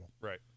Right